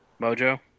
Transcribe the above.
Mojo